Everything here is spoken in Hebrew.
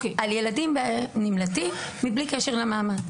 על ילדים נמלטים, בלי קשר למעמד.